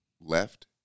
left